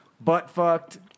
butt-fucked